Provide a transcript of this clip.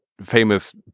famous